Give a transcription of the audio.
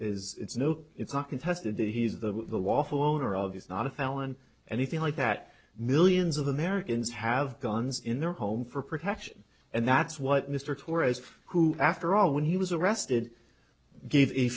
is is no it's not contested that he's the lawful owner of is not a felon anything like that millions of americans have guns in their home for protection and that's what mr torres who after all when he was arrested gave a